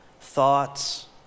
thoughts